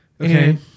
Okay